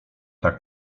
tak